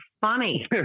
funny